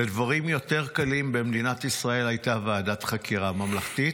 על דברים יותר קלים במדינת ישראל הייתה ועדת חקירה ממלכתית.